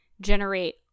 generate